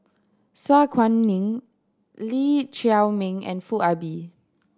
Su Guaning Lee Chiaw Meng and Foo Ah Bee